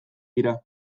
dira